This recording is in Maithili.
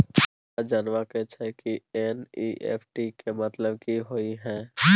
हमरा जनबा के छै की एन.ई.एफ.टी के मतलब की होए है?